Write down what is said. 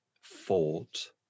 fought